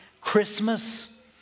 Christmas